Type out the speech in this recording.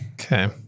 Okay